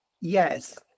Yes